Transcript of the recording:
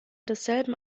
desselben